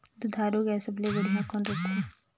दुधारू गाय सबले बढ़िया कौन रथे?